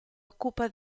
occupa